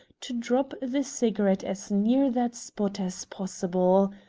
to drop the cigarette as near that spot as possible.